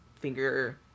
finger